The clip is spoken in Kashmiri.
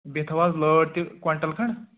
بیٚیہِ تھَو حظ لٲر تہِ کۄینٹَل کھنٛڈ